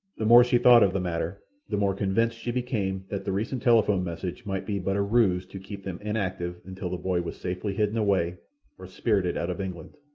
the more she thought of the matter, the more convinced she became that the recent telephone message might be but a ruse to keep them inactive until the boy was safely hidden away or spirited out of england.